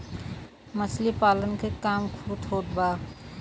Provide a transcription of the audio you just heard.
मछली पालन के काम खूब होत बा